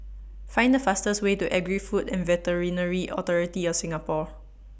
Find The fastest Way to Agri Food and Veterinary Authority of Singapore